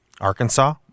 Arkansas